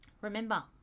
remember